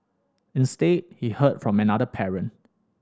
instead he heard from another parent